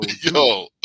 yo